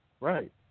Right